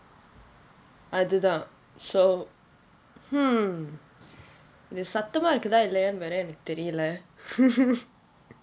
அது தான்:athu thaan so hmm இது சத்தமா இருக்குதா இல்லையா வேற எனக்கு தெரியில்லே:ithu sathamaa irukkuthaa illaiyaa vera enakku theriyillae